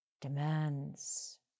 demands